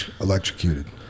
electrocuted